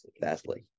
Vastly